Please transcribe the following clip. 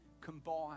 combined